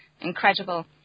incredible